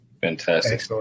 fantastic